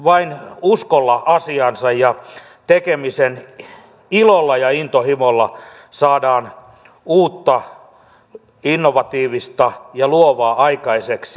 vain uskolla asiaansa ja tekemisen ilolla ja intohimolla saadaan uutta innovatiivista ja luovaa aikaiseksi